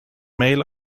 mail